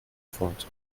fort